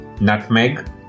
nutmeg